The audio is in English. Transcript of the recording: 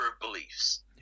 beliefs